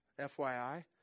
FYI